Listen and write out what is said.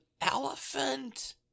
elephant